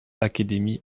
academy